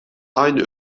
aynı